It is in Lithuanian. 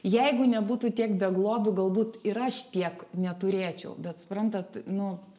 jeigu nebūtų tiek beglobių galbūt ir aš tiek neturėčiau bet suprantat nu